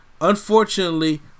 unfortunately